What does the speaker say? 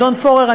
אדון פורר,